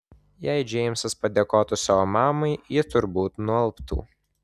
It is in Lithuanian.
jei džeimsas padėkotų savo mamai ji turbūt nualptų